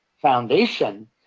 foundation